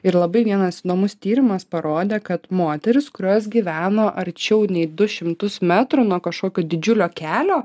ir labai vienas įdomus tyrimas parodė kad moterys kurios gyveno arčiau nei du šimtus metrų nuo kažkokio didžiulio kelio